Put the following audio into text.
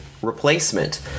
replacement